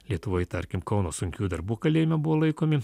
lietuvoj tarkim kauno sunkiųjų darbų kalėjime buvo laikomi